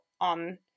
on